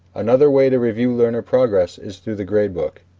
another way to review learner progress is through the gradebook.